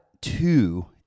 two